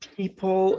people